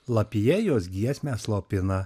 lapija jos giesmę slopina